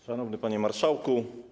Szanowny Panie Marszałku!